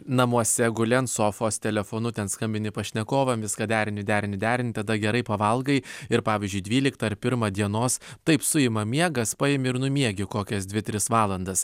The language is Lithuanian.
namuose guli ant sofos telefonu ten skambini pašnekovam viską derini derini derini tada gerai pavalgai ir pavyzdžiui dvyliktą ar pirmą dienos taip suima miegas paimi ir numiegi kokias dvi tris valandas